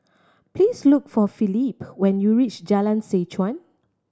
please look for Felipe when you reach Jalan Seh Chuan